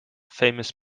famous